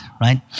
right